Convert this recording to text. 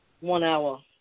one-hour